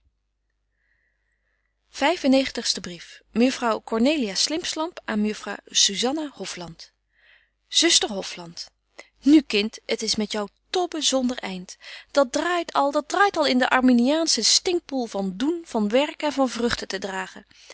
negentigste brief mejuffrouw cornelia slimpslamp aan mejuffrouw zuzanna hofland zuster hofland nu kind het is met jou tobben zonder eind dat draait al dat draait al in den arminiaanschen stinkpoel van doen van werken en van vrugten te dragen